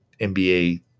NBA